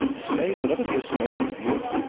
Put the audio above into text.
a spade will ever be a spade with you.